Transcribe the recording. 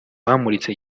bamuritse